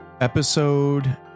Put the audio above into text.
Episode